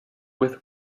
with